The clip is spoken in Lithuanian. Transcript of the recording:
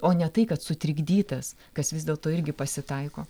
o ne tai kad sutrikdytas kas vis dėlto irgi pasitaiko